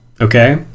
okay